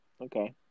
Okay